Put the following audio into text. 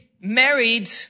married